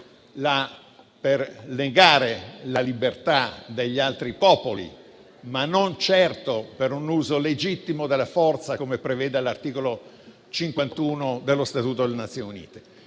per negare la libertà degli altri popoli, non certo per un uso legittimo della forza, come prevede l'articolo 51 dello Statuto delle Nazioni Unite.